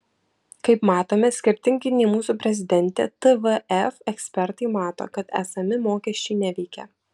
kaip matome skirtingai nei mūsų prezidentė tvf ekspertai mato kad esami mokesčiai neveikia